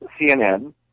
CNN